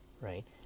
right